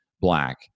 black